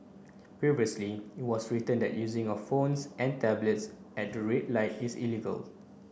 previously it was written that using of phones and tablets at the red light is illegal